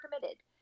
committed